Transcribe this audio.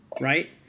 right